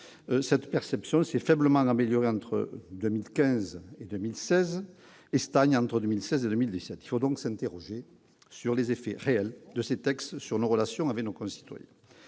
cette perception s'est faiblement améliorée entre 2015 et 2016 et a stagné entre 2016 et 2017. Il faut donc s'interroger sur les effets réels de ces textes sur nos relations avec nos concitoyens.